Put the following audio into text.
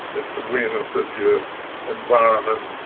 it's awareness of your environment.